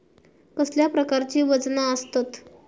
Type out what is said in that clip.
कसल्या प्रकारची वजना आसतत?